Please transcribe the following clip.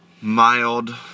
mild